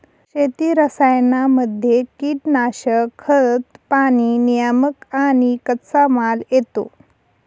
शेती रसायनांमध्ये कीटनाशक, खतं, प्राणी नियामक आणि कच्चामाल येतो